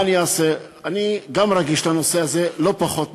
מה אני אעשה, אני גם רגיש לנושא הזה, לא פחות ממך,